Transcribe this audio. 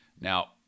now